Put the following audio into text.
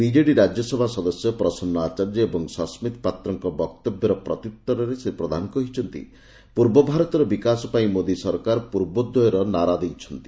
BJD Rajya Sabha ସଦସ୍ୟ ପ୍ରସନ୍ ଆଚାର୍ଯ୍ୟ ଏବଂ ସସ୍ବିତ୍ ପାତ୍ରଙ୍କ ବକ୍ତବ୍ୟର ପ୍ରତିଉଉରେ ଶ୍ରୀ ପ୍ରଧାନ କହିଛନ୍ତି ପୂର୍ବ ଭାରତର ବିକାଶ ପାଇଁ ମୋଦି ସରକାର ପୂର୍ବଦ୍ୟୋୟର ନାରା ଦେଇଛନ୍ତି